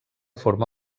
forma